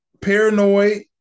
paranoid